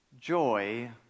joy